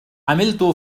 عملت